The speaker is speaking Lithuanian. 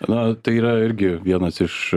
na tai yra irgi vienas iš